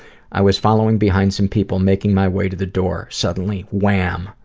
i was following behind some people making my way to the door. suddenly, wham!